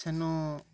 ସେନୁ